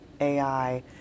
AI